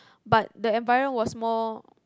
but the environ was more